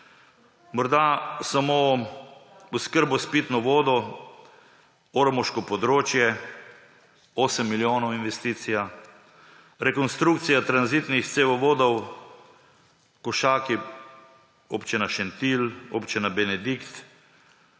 morda samo oskrbo s pitno vodo, ormoško območje ‒ osem milijonov investicija, rekonstrukcija tranzitnih cevovodov Košaki, Občina Šentilj, Občina Benedikt